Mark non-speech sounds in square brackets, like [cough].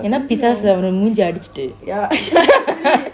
ஏன்னா பிசாசு அவன் மூஞ்சியில அடிச்சுட்டு:enna peesaasu avan muuchiyai atichitu [laughs]